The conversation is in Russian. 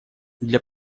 для